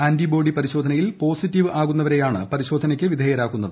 antibody പരിശോധനയിൽ positive ആകുന്നവരെയാണ് പരിശോധനയ്ക്ക് വിധേയരാക്കുന്നത്